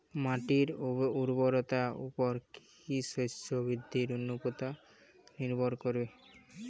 মাটির উর্বরতার উপর কী শস্য বৃদ্ধির অনুপাত নির্ভর করে?